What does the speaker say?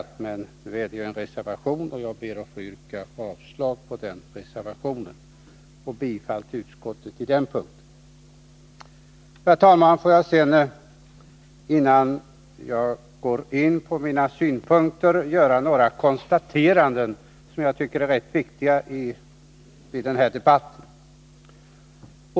Men nu föreligger ju en reservation på den punkten, och jag ber att få yrka avslag på reservation 12 och bifall till utskottets hemställan på denna punkt. Herr talman! Får jag sedan, innan jag går in på mina synpunkter, göra några konstateranden som jag tycker är rätt viktiga i den här debatten.